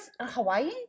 hawaii